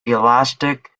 elastic